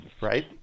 Right